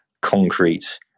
concrete